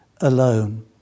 alone